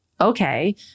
Okay